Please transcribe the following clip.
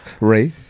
Ray